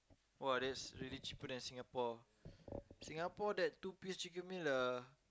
!wah! that's really cheaper than Singapore Singapore that two piece chicken meal dah